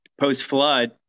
post-flood